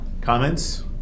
Comments